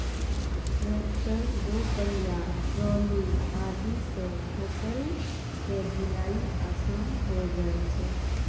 tractor, दो पहिया trolley आदि सॅ फसल के ढुलाई आसान होय जाय छै